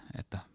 että